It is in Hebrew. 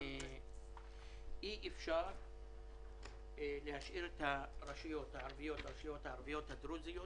אי אפשר להשאיר את הרשויות הערביות ואת הרשויות הערביות-הדרוזיות